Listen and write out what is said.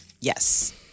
Yes